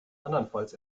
andernfalls